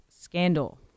scandal